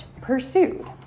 pursued